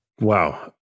Wow